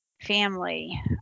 family